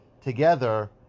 together